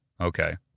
okay